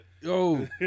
Yo